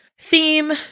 theme